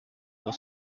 pour